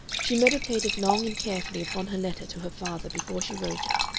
she meditated long and carefully upon her letter to her father before she wrote it,